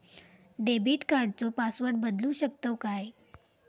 Debit कार्डचो password बदलु शकतव काय?